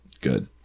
Good